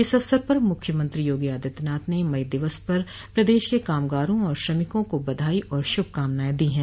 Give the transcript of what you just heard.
इस अवसर पर मुख्यमंत्री योगी आदित्यनाथ ने मई दिवस पर प्रदेश के कामगारों और श्रमिकों को बधाई और शुभकामनाएं दी है